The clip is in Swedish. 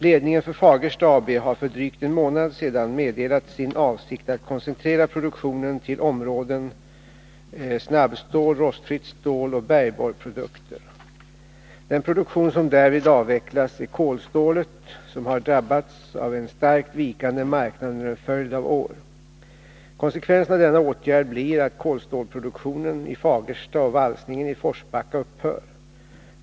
Ledningen för Fagersta AB har för drygt en månad sedan meddelat sin avsikt att koncentrera produktionen till områdena snabbstål, rostfritt stål och bergborrprodukter. Den produktion som därvid avvecklas är kolstålet, som har drabbats av en starkt vikande marknad under en följd av år. Konsekvensen av denna åtgärd blir att kolstålsproduktionen i Fagersta och valsningen i Forsbacka upphör.